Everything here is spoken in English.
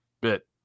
bit